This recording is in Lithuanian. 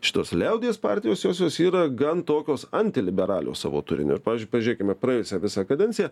šitos liaudies partijos josios yra gan tokios antiliberalios savo turiniu ir pavyzdžiui pažiūrėkime praėjusią visą kadenciją